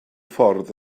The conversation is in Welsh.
ffordd